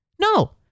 No